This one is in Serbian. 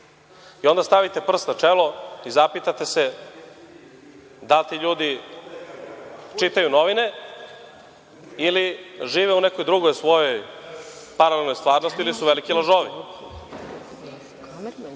Onda stavite prst na čelo i zapitate se da li ti ljudi čitaju novine ili žive u nekoj drugoj svojoj paralelnoj stvarnosti ili su veliki lažovi. Vas